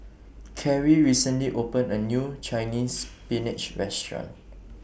Cary recently opened A New Chinese Spinach Restaurant